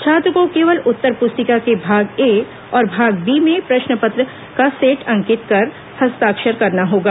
छात्र को केवल उत्तर पुस्तिका के भाग ए और भाग बी में प्रश्न पत्र का सेट अंकित कर हस्ताक्षर करना होगा